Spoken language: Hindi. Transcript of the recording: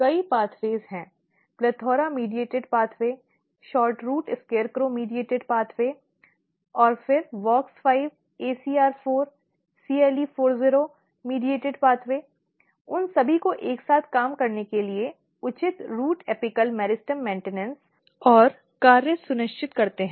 कई पाथवे हैं PLETHORA मध्यस्थता मार्ग SHORTROOT SCARECROW मध्यस्थता मार्ग और फिर WOX5 ACR4 CLE40 मध्यस्थ मार्ग उन सभी को एक साथ काम करने के लिए उचित रूट अपिकल मेरिस्टम रखरखाव और कार्य सुनिश्चित करते हैं